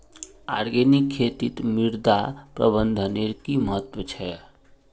organic खेतीत मृदा प्रबंधनेर कि महत्व छे